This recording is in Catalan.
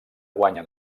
guanya